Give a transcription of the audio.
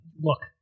look